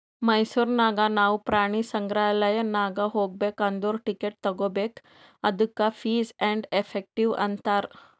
ಮೈಸೂರ್ ನಾಗ್ ನಾವು ಪ್ರಾಣಿ ಸಂಗ್ರಾಲಯ್ ನಾಗ್ ಹೋಗ್ಬೇಕ್ ಅಂದುರ್ ಟಿಕೆಟ್ ತಗೋಬೇಕ್ ಅದ್ದುಕ ಫೀಸ್ ಆ್ಯಂಡ್ ಎಫೆಕ್ಟಿವ್ ಅಂತಾರ್